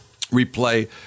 replay